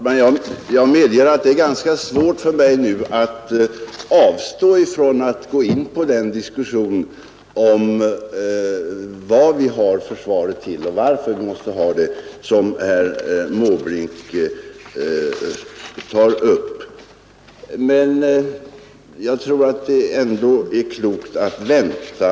Herr talman! Jag medger att det nu blivit ganska svårt för mig att avstå från att gå in på den säkerhetsdebatt som herr Måbrink vill att vi skall föra om varför vi måste ha ett försvar och om vad det skall användas till. Men jag tror ändå att det är klokt att vänta.